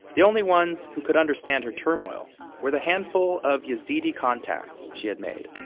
the only ones who could understand her turmoil were the handful of yazidi contacts she had made